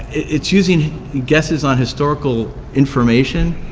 it's using guesses on historical information,